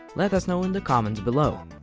let us know in the comment below!